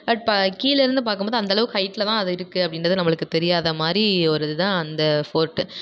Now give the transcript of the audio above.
but கீழேர்ந்து பார்க்கும்போது அந்தளவுக்கு ஹைட்ல தான் அது இருக்கு அப்படின்றது நம்மளுக்கு தெரியாத மாதிரி ஒரு இது தான் அந்த ஃபோர்ட்டு